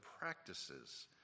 practices